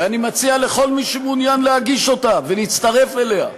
ואני מציע לכל מי שמעוניין להגיש אותה ולהצטרף אליה: